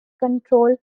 control